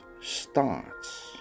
starts